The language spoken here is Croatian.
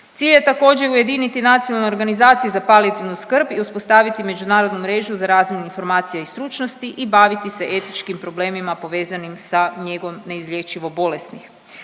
Cilj je također ujediniti nacionalne organizacije za palijativnu skrb i uspostaviti međunarodnu mrežu za razmjenu informacija i stručnosti i baviti se etičkim problemima povezanim sa njegom neizlječivo bolesnih.